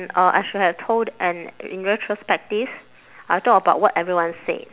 uh I should have told and in retrospective I'll talk about what everyone said